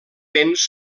vents